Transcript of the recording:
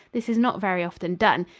this is not very often done.